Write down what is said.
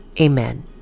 Amen